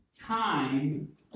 time